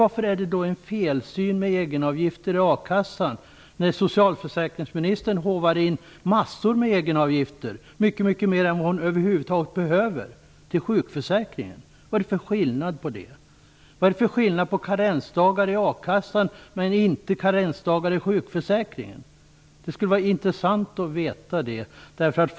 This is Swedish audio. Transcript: Varför är det fel att ha egenavgifter i a-kassan? Socialförsäkringsministern håvar ju in massor av egenavgifter - mycker mer än hon behöver - till sjukförsäkringen. Vari ligger skillnaden? Vad är det för skillnad på karensdagar i a-kassan och karensdagar i sjukförsäkringen? Det skulle vara intressant att få veta.